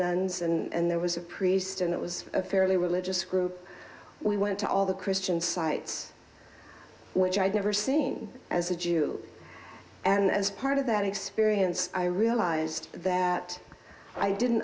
nuns and there was a priest and it was a fairly religious group we went to all the christian sites which i'd never seen as a jew and as part of that experience i realized that i didn't